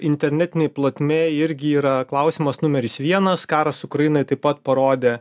internetinėj plotmėj irgi yra klausimas numeris vienas karas ukrainoj taip pat parodė